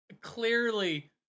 clearly